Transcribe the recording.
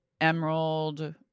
emerald